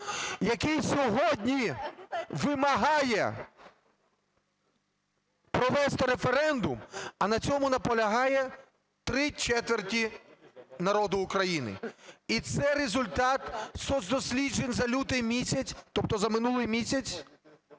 який сьогодні вимагає провести референдум, а на цьому наполягає три четверті народу України, і це результат соцдосліджень за лютий місяць, тобто за минулий, місяць